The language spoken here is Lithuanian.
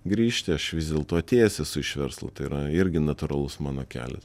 grįžti aš vis dėlto atėjęs esu iš verslo tai yra irgi natūralus mano kelias